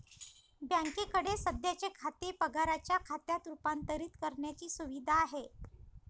बँकेकडे सध्याचे खाते पगाराच्या खात्यात रूपांतरित करण्याची सुविधा आहे